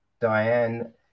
Diane